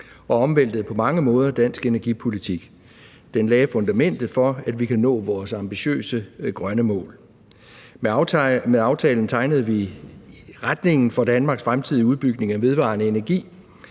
og omvæltede på mange måder dansk energipolitik. Den lagde fundamentet for, at vi kan nå vores ambitiøse grønne mål. Med aftalen tegnede vi retningen for Danmarks fremtidige udbygning af vedvarende energi,